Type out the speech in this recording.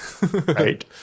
Right